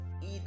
eat